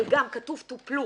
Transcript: אבל כתוב טופלו,